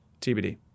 TBD